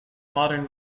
modern